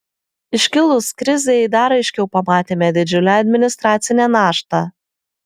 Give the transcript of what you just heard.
iškilus krizei dar aiškiau pamatėme didžiulę administracinę naštą